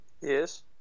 Yes